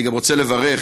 אני גם רוצה לברך,